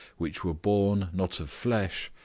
which were born, not of flesh,